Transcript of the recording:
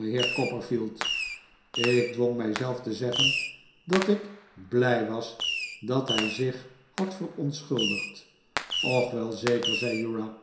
ik dwong mij zelf te zeggen dat ik blij was dat hij zich had verontschuldigd och welzeker zei